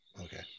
Okay